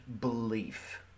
belief